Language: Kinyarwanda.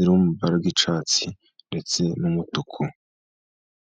iri mu ibara ry'icyatsi ndetse n'umutuku.